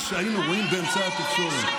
מה שהיינו רואים בערוצי התקשורת.